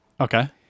Okay